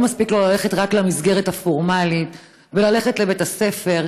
לא מספיק לו ללכת רק למסגרת הפורמלית וללכת לבית הספר,